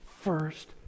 first